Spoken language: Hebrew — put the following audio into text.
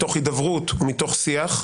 מתוך הידברות ומתוך שיח,